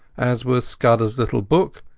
as was scudderas little book,